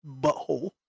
Butthole